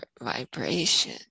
vibration